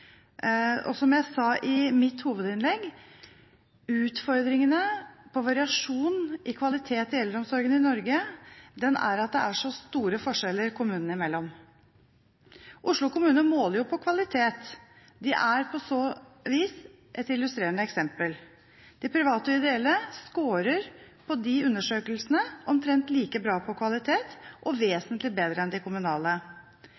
Og som jeg sa i mitt hovedinnlegg, utfordringene når det gjelder variasjon i kvalitet i eldreomsorgen i Norge, er at det er så store forskjeller kommunene imellom. Oslo kommune måler jo kvalitet, og er på så vis et illustrerende eksempel. De private og ideelle scorer på de undersøkelsene omtrent like bra på kvalitet og vesentlig bedre enn de kommunale.